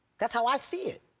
that's how i see it.